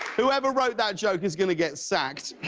whoever wrote that joke is going to get sacked.